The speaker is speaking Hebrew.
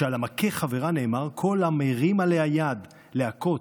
שעל המכה חברה נאמר: כל המרים עליה יד להכות,